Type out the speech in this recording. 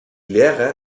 lehre